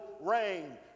rain